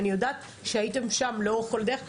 אני יודעת שהייתם שם לאורך כל הדרך,